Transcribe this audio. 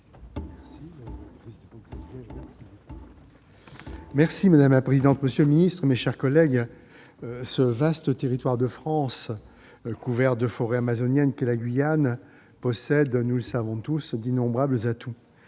Madame la présidente, monsieur le secrétaire d'État, mes chers collègues, ce vaste territoire de France couvert de forêt amazonienne qu'est la Guyane possède, nous le savons tous, d'innombrables atouts